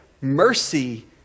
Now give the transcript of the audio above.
mercy